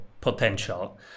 potential